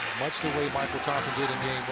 much the way mychel thompson did in game